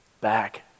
back